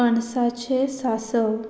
पणसाचे सांसव